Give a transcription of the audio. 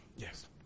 Yes